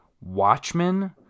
Watchmen